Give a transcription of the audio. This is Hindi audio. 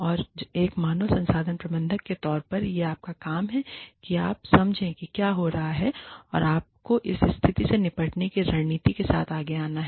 और एक मानव संसाधन प्रबंधक के तौर पर यह आपका काम है कि आप समझें कि क्या हो रहा है और आपको इस स्थिति से निपटने की रणनीति के साथ आगे आना है